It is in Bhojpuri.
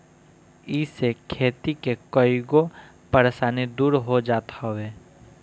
इसे खेती के कईगो परेशानी दूर हो जात हवे